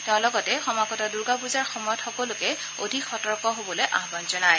তেওঁ লগতে সমাগত দুৰ্গাপূজাৰ সময়ত সকলোকে অধিক সতৰ্ক হবলৈ আহ্বান জনায়